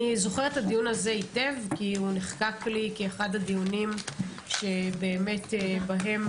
אני זוכרת את הדיון הזה היטב כי הוא נחקק לי כאחד הדיונים שבאמת בהם,